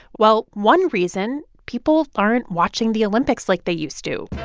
well, one reason people aren't watching the olympics like they used to,